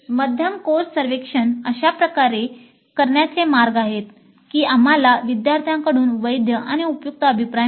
मध्यम कोर्स सर्वेक्षण अशा प्रकारे करण्याचे मार्ग आहेत की आम्हाला विद्यार्थ्यांकडून वैध आणि उपयुक्त अभिप्राय मिळेल